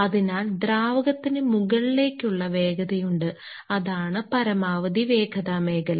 അതിനാൽ ദ്രാവകത്തിന് മുകളിലേക്കുള്ള വേഗതയുണ്ട് അതാണ് പരമാവധി വേഗത മേഖല